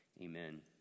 Amen